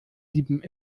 sieben